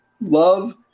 Love